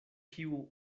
kiu